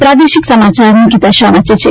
પ્રાદેશિક સમાચાર નિકીતા શાહ વાંચે છે